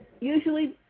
usually